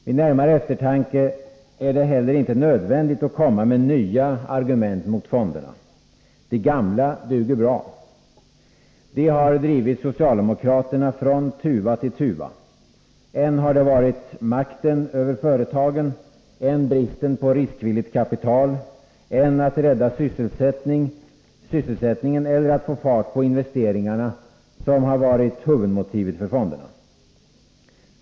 Vid närmare eftertanke är det heller inte nödvändigt att komma med nya argument mot fonderna. De gamla duger bra. De har drivit socialdemokraterna från tuva till tuva. Än har det varit makten över företagen, än bristen på riskvilligt kapital, än att rädda sysselsättningen, än att få fart på investeringarna som varit huvudmotivet för fonderna.